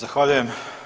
Zahvaljujem.